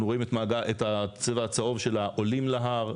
אנחנו רואים את הצבע הצהוב של העולים להר.